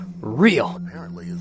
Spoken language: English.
real